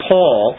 Paul